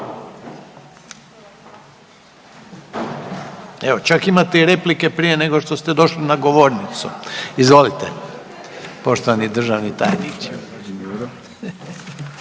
Evo čak imate i replike prije nego što ste došli na govornicu. Izvolite poštovani državni tajniče.